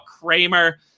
Kramer